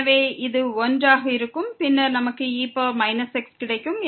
எனவே இது 1 ஆக இருக்கும் பின்னர் நமக்கு e x கிடைக்கும்